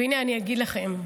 והינה אני אגיד לכם: